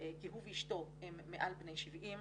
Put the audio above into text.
כי הוא ואשתו הם מעל בני 70,